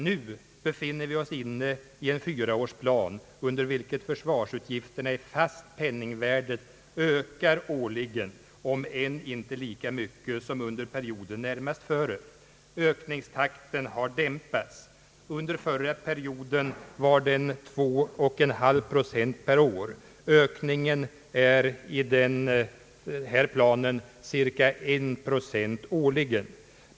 Nu befinner vi oss inne i en fyraårsplan, under vilken försvarsutgifterna i fast penningvärde ökar årligen om än inte lika mycket som under perioden närmast före. Ökningstakten har dämpats. Under förra perioden var den 21/2 procent per år. Ökningen är i denna plan cirka en procent årligen.